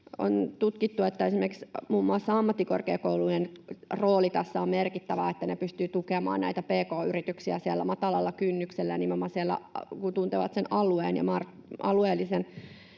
On tutkittu, että esimerkiksi ammattikorkeakoulujen rooli tässä on merkittävä. Ne pystyvät tukemaan näitä pk-yrityksiä matalalla kynnyksellä nimenomaan siellä, kun tuntevat sen alueen ja alueellisen